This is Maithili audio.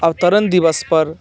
अवतरण दिवसपर